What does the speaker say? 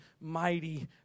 mighty